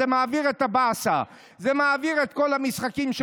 זה מעביר את הבאסה.